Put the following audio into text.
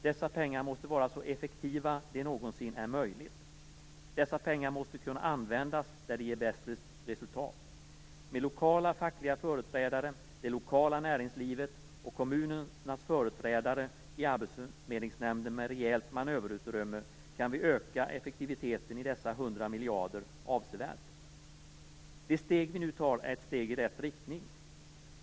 Dessa pengar måste vara så effektiva som det någonsin är möjligt. De måste kunna användas där de ger bäst resultat. Med lokala fackliga företrädare, det lokala näringslivet och kommunernas företrädare, i arbetsförmedlingsnämnder med rejält manöverutrymme, kan vi öka effektiviteten i dessa 100 miljarder avsevärt. De steg vi nu tar är steg i rätt riktning.